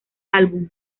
álbum